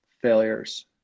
failures